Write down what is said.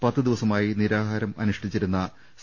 പത്തു ദിവസമായി നിരാഹാരമനുഷ്ഠിച്ചിരുന്ന സി